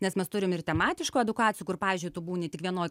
nes mes turim ir tematiškų edukacijų kur pavyzdžiui tu būni tik vienoj